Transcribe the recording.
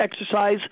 exercise